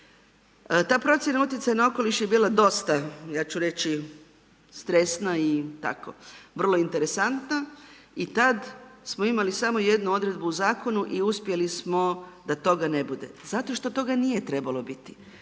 Ta procjena utjecaja na okoliš je bila dosta, ja ću reći, stresna i tako vrlo interesantna i tad smo imali samo jednu odredbu u zakonu i uspjeli smo da toga ne budu, zato što toga nije trebalo biti.